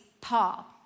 Paul